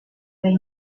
they